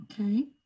Okay